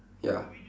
ya